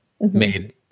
made